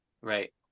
Right